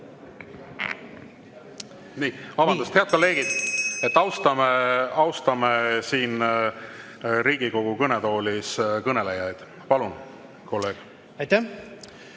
Vabandust! Head kolleegid, austame siin Riigikogu kõnetoolis kõnelejaid! Palun, kolleeg! Aitäh!